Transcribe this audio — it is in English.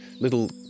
Little